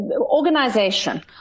organization